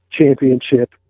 championship